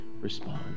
respond